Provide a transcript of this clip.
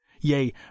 yea